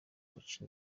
baca